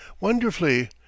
Wonderfully